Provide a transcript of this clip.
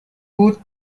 بود